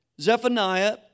Zephaniah